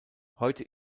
heute